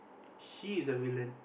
she is a villain